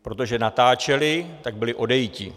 Protože natáčeli, tak byli odejiti.